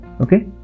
okay